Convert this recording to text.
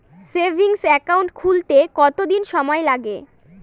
Savings account খুলতে কতদিন সময় লাগে?